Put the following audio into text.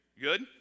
Good